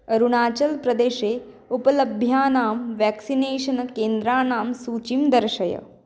अरुणाचलप्रदेशे उपलभ्यानां वेक्सिनेषन केन्द्राणां सूचीं दर्शय